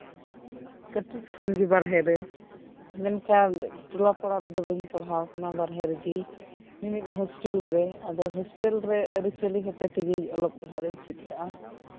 ᱠᱟᱹᱴᱤᱡ ᱠᱷᱚᱱ ᱜᱮ ᱵᱟᱨᱦᱮ ᱨᱮ ᱢᱮᱱᱠᱷᱟᱱ ᱴᱚᱞᱟ ᱯᱟᱲᱟ ᱨᱮᱫᱚ ᱵᱟᱹᱧ ᱯᱟᱲᱦᱟᱣ ᱟᱠᱟᱱᱟ ᱵᱟᱨᱦᱮ ᱨᱮᱜᱮ ᱢᱤᱼᱢᱤᱫ ᱦᱳᱥᱴᱮᱞ ᱨᱮ ᱟᱫᱚ ᱦᱳᱥᱴᱮᱞ ᱨᱮ ᱟᱹᱨᱤᱪᱟᱞᱤ ᱦᱚᱛᱮᱡ ᱛᱮᱜᱮ ᱚᱞᱚᱜ ᱯᱟᱲᱟᱜ ᱫᱩᱧ ᱪᱮᱫ ᱟᱠᱟᱫᱟ